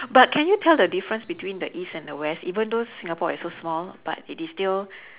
but can you tell the difference between the east and the west even though singapore is so small but it is still